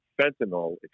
fentanyl